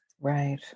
Right